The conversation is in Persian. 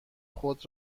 خود